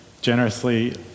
generously